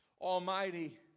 Almighty